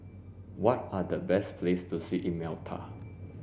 what are the best places to see in Malta